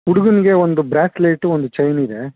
ಹುಡ್ಗಂಗೆ ಒಂದು ಬ್ರಾಸ್ಲೇಟು ಒಂದು ಚೈನ್ ಇದೆ